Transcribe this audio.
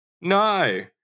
No